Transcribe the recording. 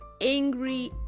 angry